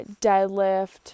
deadlift